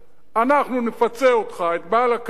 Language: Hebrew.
אנחנו נפצה אותך, את בעל הקרקע,